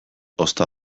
ozta